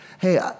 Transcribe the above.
hey